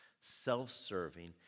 self-serving